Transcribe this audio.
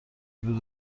بود